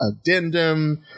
addendum